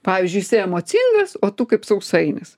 pavyzdžiui jisai emocingas o tu kaip sausainis